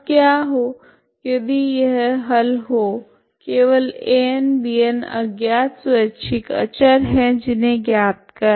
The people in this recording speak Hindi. अब क्या हो यदि यह हल हो केवल AnBn अज्ञात स्वैच्छिक अचर है जिन्हे ज्ञात करना है